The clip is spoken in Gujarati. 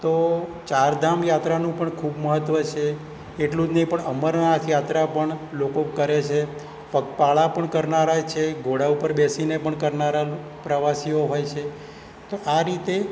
તો ચારધામ યાત્રાનું પણ ખૂબ મહત્ત્વ છે એટલું જ નહીં પણ અમરનાથ યાત્રા પણ લોકો કરે છે પગપાળા પણ કરનારા છે ઘોડા ઉપર બેસીને પણ કરનારા પ્રવાસીઓ હોય છે તો આ રીતે